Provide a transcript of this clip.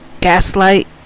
gaslight